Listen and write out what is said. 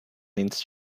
needs